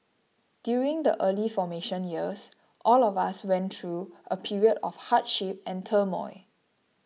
during the early formation years all of us went through a period of hardship and turmoil